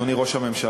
אדוני ראש הממשלה,